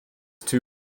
two